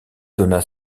donna